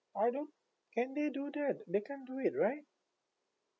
I don't can they do that they can't do it right